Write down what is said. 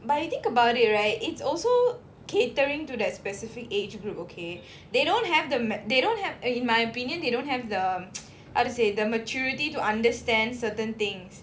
but you think about it right it's also catering to that specific age group okay they don't have the they don't have uh in my opinion they don't have the how to say the maturity to understand certain things